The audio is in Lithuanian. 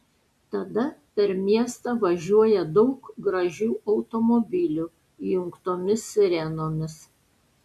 tada per miestą važiuoja daug gražių automobilių įjungtomis sirenomis